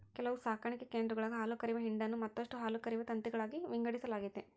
ಕೆಲವು ಸಾಕಣೆ ಕೇಂದ್ರಗುಳಾಗ ಹಾಲುಕರೆಯುವ ಹಿಂಡನ್ನು ಮತ್ತಷ್ಟು ಹಾಲುಕರೆಯುವ ತಂತಿಗಳಾಗಿ ವಿಂಗಡಿಸಲಾಗೆತೆ